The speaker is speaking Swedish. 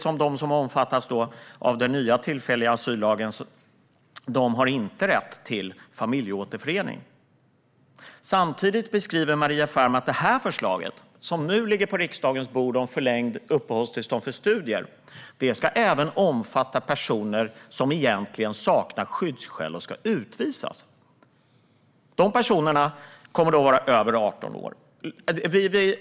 Och de som omfattas av den nya tillfälliga asyllagen har inte rätt till familjeåterförening. Samtidigt beskriver Maria Ferm att det förslag som nu ligger på riksdagens bord om förlängt uppehållstillstånd för studier även ska omfatta personer som egentligen saknar skyddsskäl och ska utvisas. De personerna kommer att vara över 18 år.